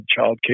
childcare